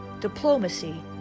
diplomacy